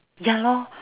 ya lor